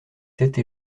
tête